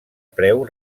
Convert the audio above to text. preu